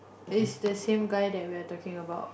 is the same guy that we're talking about